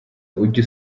ujya